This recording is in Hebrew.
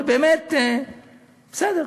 בסדר,